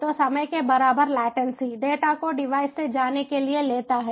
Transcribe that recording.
तो समय के बराबर लेटन्सी डेटा को डिवाइस से जाने के लिए लेता है